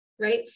right